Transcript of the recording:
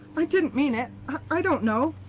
i didn't mean it! i don't know.